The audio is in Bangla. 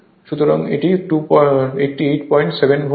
সুতরাং এখানে 2887 ভোল্ট হয়